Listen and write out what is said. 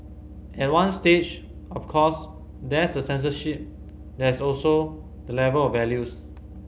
at one stage of course there's the censorship there's also the level of values